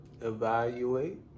Evaluate